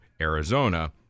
Arizona